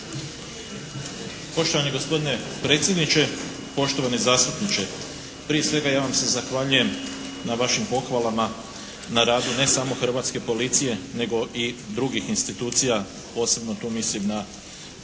Poštovani gospodine predsjedniče, poštovani zastupniče! Prije svega ja vam se zahvaljujem na vašim pohvalama na račun ne samo hrvatske policije nego i drugih institucija, posebno tu mislim na Državno